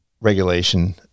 regulation